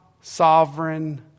sovereign